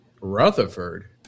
Rutherford